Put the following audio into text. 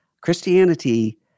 Christianity